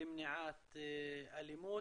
למניעת אלימות.